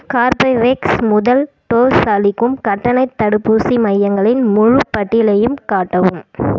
Corbevax முதல் dose அளிக்கும் கட்டணத் தடுப்பூசி மையங்களின் முழுப் பட்டியலையும் காட்டவும்